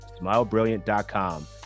SmileBrilliant.com